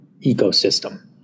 ecosystem